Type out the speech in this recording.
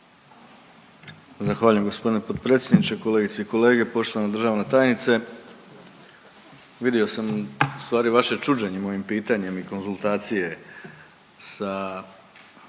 Zahvaljujem gospodine potpredsjedniče. Kolegice i kolege, poštovana državna tajnice. Vidio sam u stvari vaše čuđenje mojim pitanjem i konzultacije sa